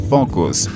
Focus